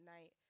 night